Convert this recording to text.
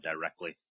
directly